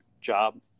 job